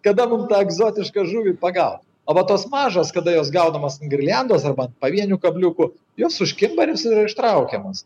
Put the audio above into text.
kada mum tą egzotišką žuvį pagaut o va tos mažos kada jos gaudomos ant girliandos arba ant pavienių kabliukų jos užkimba ir jos yra ištraukiamos